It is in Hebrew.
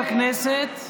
הכנסת (תיקון,